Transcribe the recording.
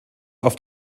auf